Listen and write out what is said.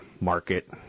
market